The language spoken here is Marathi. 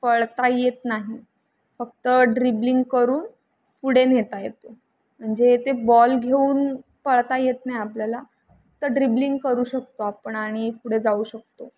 पळता येत नाही फक्त ड्रिबलिंग करून पुढे नेता येतो म्हणजे ते बॉल घेऊन पळता येत नाही आपल्याला तर ड्रिबलिंग करू शकतो आपण आणि पुढे जाऊ शकतो